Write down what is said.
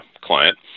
client